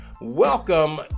welcome